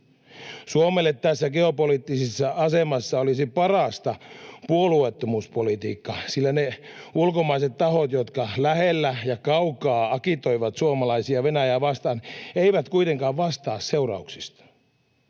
Suomelle tässä geopoliittisessa asemassa olisi parasta puolueettomuuspolitiikka, sillä ne ulkomaiset tahot, jotka lähellä ja kaukaa agitoivat suomalaisia Venäjää vastaan, eivät kuitenkaan vastaa seurauksista.